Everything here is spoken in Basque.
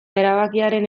erabakiaren